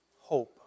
hope